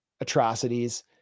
atrocities